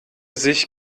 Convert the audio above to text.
sich